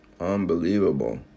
Unbelievable